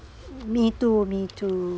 me too me too